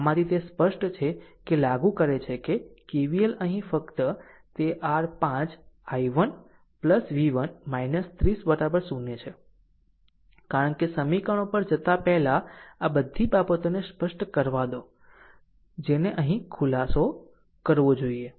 આમ v1 આમાંથી તે સ્પષ્ટ છે કે લાગુ છે કે KVL અહીં ફક્ત તે r 5 i1 v1 30 0 છે કારણ કે સમીકરણો પર જતા પહેલા પહેલા આ બધી બાબતોને સ્પષ્ટ કરવા દો જેને અહીં ખુલાસો કરવો જોઈએ